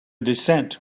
descent